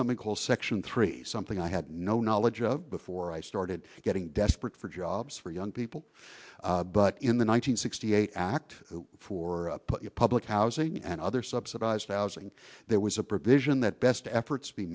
something called section three something i had no knowledge of before i started getting desperate for jobs for young people but in the one nine hundred sixty eight act for public housing and other subsidized housing there was a provision that best efforts be